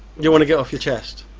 you want to get off your chest?